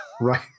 Right